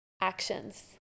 actions